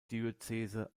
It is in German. diözese